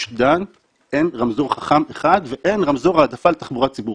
דן אין רמזור חכם אחד ואין רמזור העדפה לתחבורה ציבורית?